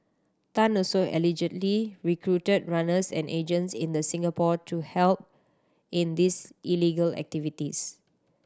Tan also allegedly recruited runners and agents in the Singapore to help in these illegal activities